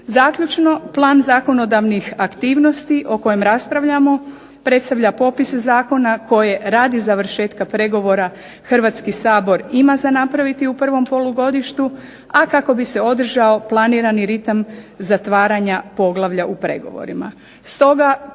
Zaključno, plan zakonodavnih aktivnosti o kojem raspravljamo predstavlja popise zakona koje radi završetka pregovora Hrvatski sabor ima za napraviti u prvom polugodištu, a kako bi se održao planirani ritam zatvaranja poglavlja u pregovorima.